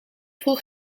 vroeg